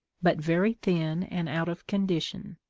but very thin and out of condition.